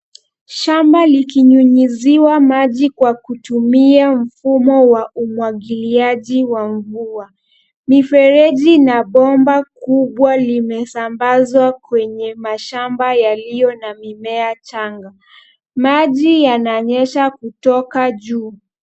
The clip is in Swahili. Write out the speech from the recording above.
Shamba likinyunyiziwa maji kwa kutumia mfumo wa umwagiliaji wa mvua. Mifereji na bomba kubwa limesambazwa kwenye mashamba yaliyo na mimea changa. Maji yananyesha kutoka juu.